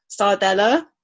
sardella